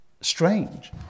strange